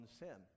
sin